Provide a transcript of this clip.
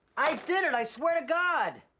i did it, i swear to god.